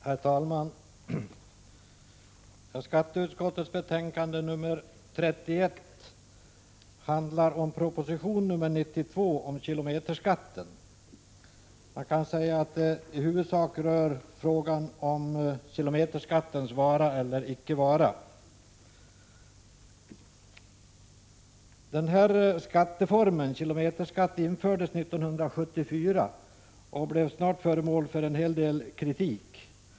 Herr talman! Skatteutskottets betänkande 31 behandlar proposition 92 om kilometerskatten. Man kan säga att det i huvudsak rör frågan om kilometerskattens vara eller icke vara. Kilometerskatten infördes 1974 och blev snart föremål för en hel del kritik.